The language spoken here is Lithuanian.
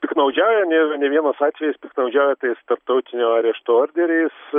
piktnaudžiauja ne ne vienas atvejis piktnaudžiauja tais tarptautinio arešto orderiais